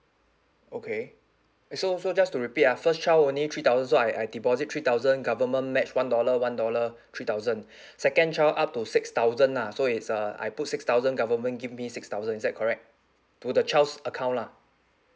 okay so so just to repeat ah first child only three thousand so I I deposit three thousand government match one dollar one dollar three thousand second child up to six thousand lah so it's uh I put six thousand government give me six thousand is that correct to the child's account lah